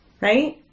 Right